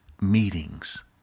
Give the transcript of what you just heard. meetings